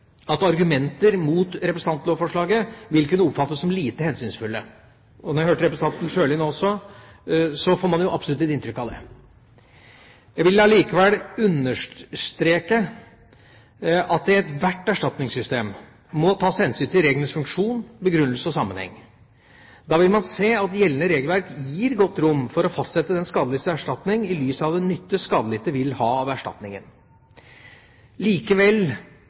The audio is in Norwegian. at argumenter mot representantlovforslaget vil kunne oppfattes som lite hensynsfulle. Etter også å ha hørt representanten Sjøli nå får man jo absolutt et inntrykk av det. Jeg vil likevel understreke at det i ethvert erstatningssystem må tas hensyn til reglenes funksjon, begrunnelse og sammenheng. Da vil man se at gjeldende regelverk gir godt rom for å fastsette den skadelidtes erstatning i lys av den nytte skadelidte vil ha av